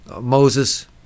Moses